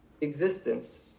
existence